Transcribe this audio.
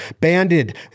banded